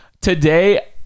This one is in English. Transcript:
today